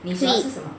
sweet